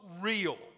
real